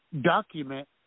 document